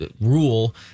rule